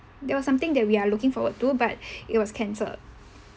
that was something that we are looking forward to but it was cancelled